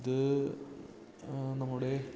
ഇത് നമ്മുടെ